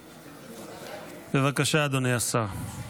בבקשה, אדוני השר.